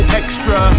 extra